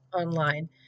online